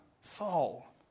Saul